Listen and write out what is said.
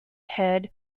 head